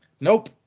Nope